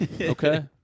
Okay